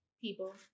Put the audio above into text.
people